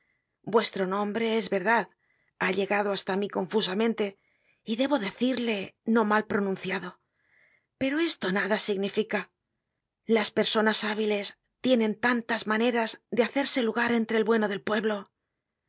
vuestro nombre es verdad ha llegado hasta mí confusamente y debb decirlo no mal pronunciado poro esto nada significa las personas hábiles tienen tantas maneras de hacerse lugar entre el bueno del pueblo